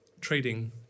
trading